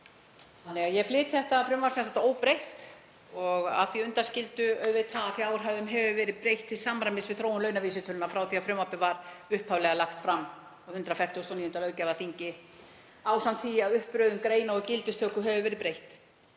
mál. Ég flyt þetta frumvarp óbreytt að því undanskildu að fjárhæðum hefur verið breytt til samræmis við þróun launavísitölunnar frá því að frumvarpið var upphaflega lagt fram á 149. löggjafarþingi ásamt því að uppröðun greina og gildistöku hefur verið breytt.